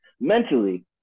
mentally